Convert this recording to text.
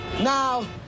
Now